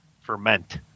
ferment